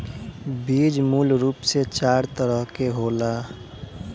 बीज मूल रूप से चार तरह के होला